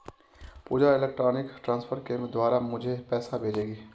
पूजा electronic transfer के द्वारा मुझें पैसा भेजेगी